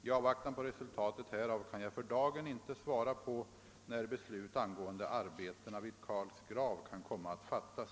I avvaktan på re sultatet härav kan jag för dagen inte svara på när beslut angående arbetena vid Karls grav kan komma att fattas.